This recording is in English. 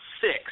six